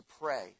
pray